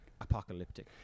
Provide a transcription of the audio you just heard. apocalyptic